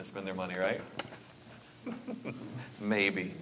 spend their money right maybe